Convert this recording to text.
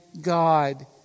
God